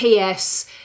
PS